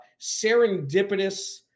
serendipitous